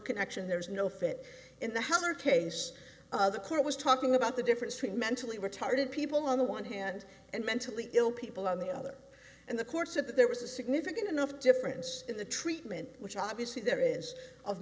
connection there's no fit in the heller case the court was talking about the difference between mentally retarded people on the one hand and mentally ill people on the other in the course of that there was a significant enough difference in the treatment which obviously there is of